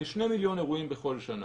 היו כשני מיליון אירועים בכל שנה.